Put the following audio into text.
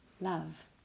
love